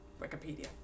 Wikipedia